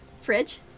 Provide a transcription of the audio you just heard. Fridge